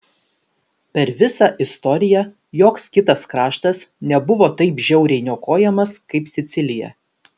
per visą istoriją joks kitas kraštas nebuvo taip žiauriai niokojamas kaip sicilija